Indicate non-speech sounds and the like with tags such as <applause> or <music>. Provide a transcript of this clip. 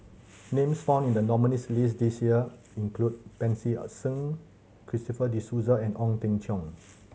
names found in the nominees' list this year include Pancy <unintelligible> Seng Christopher De Souza and Ong Teng Cheong